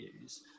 use